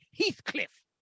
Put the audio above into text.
heathcliff